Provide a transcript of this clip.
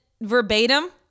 verbatim